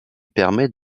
permet